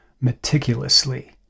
meticulously